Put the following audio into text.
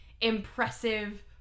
impressive